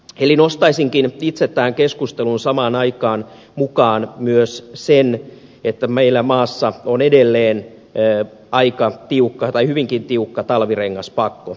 eli nostaisinkin itse tähän keskusteluun samaan aikaan mukaan myös sen että meillä maassamme on edelleen hyvinkin tiukka talvirengaspakko